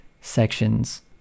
sections